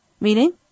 Meaning